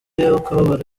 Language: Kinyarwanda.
y’akababaro